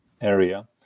area